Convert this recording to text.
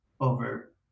over